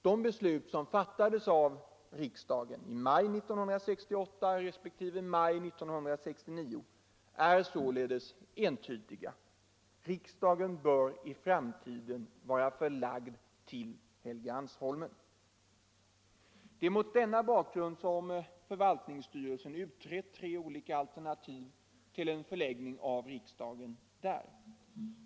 De beslut som fattades av riksdagen i maj 1968, resp. maj 1969 är således entydiga: Riksdagen bör i framtiden vara förlagd till Helgeandsholmen. Det är mot denna bakgrund som förvaltningsstyrelsen utrett tre olika alternativ till en förläggning av riksdagen på Helgeandsholmen.